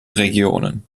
regionen